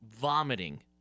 vomiting